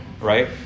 right